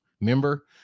member